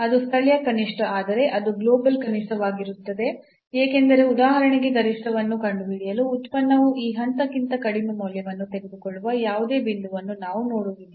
ಅದು ಸ್ಥಳೀಯ ಕನಿಷ್ಠಆದರೆ ಅದು ಗ್ಲೋಬಲ್ ಕನಿಷ್ಠವಾಗಿರುತ್ತದೆ ಏಕೆಂದರೆ ಉದಾಹರಣೆಗೆ ಗರಿಷ್ಠವನ್ನು ಕಂಡುಹಿಡಿಯಲು ಉತ್ಪನ್ನವು ಈ ಹಂತಕ್ಕಿಂತ ಕಡಿಮೆ ಮೌಲ್ಯವನ್ನು ತೆಗೆದುಕೊಳ್ಳುವ ಯಾವುದೇ ಬಿಂದುವನ್ನು ನಾವು ನೋಡುವುದಿಲ್ಲ